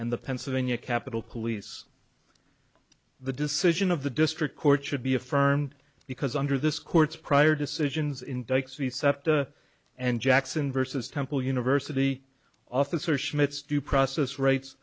and the pennsylvania capitol police the decision of the district court should be affirmed because under this court's prior decisions in dixie septa and jackson versus temple university officer schmitz due process r